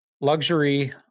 luxury